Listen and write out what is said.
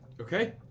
Okay